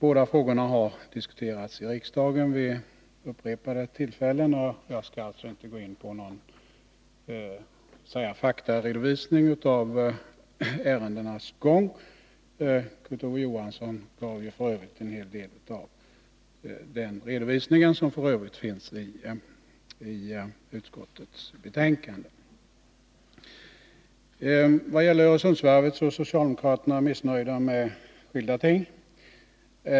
Båda frågorna har vid upprepade tillfällen diskuterats i riksdagen, varför jag inte skall gå in på någon faktaredovisning av ärendenas gång. Kurt Ove Johansson redogjorde för en hel del, och redovisningen finns f. ö. i utskottets betänkande. I vad gäller Öresundsvarvet är socialdemokraterna missnöjda med skilda ting.